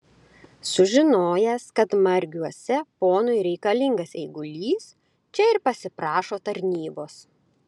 sužinojęs kad margiuose ponui reikalingas eigulys čia ir pasiprašo tarnybos